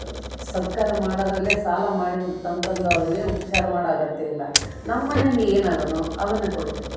ಸತ್ಕಾರ ಮಾಡದ್ರಲ್ಲೇ ಸಾಲ ತಂದೊವರಿಗೆ ಉಪಚಾರ ಮಾಡೋ ಅಗತ್ಯ ಇಲ್ಲ ನಮ್ಮನೆಯಲ್ಲಿ ಏನದನೋ ಅದನ್ನೆ ಕೊಡಬೇಕು